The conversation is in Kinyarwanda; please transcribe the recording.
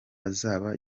azaba